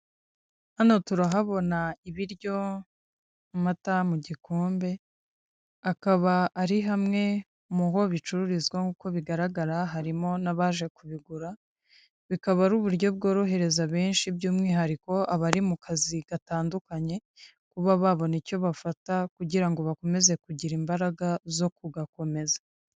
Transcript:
Hano turahabona ibiryo, amata mu gikombe akaba ari hamwe mu ho bicururizwa nk'uko bigaragara harimo n'abaje kubigura bikaba ari uburyo bworohereza benshi by'umwihariko abari mu kazi gatandukanye kuba babona icyo bafata kugira ngo bakomeze kugira imbaraga zo kugakomeza.